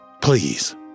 Please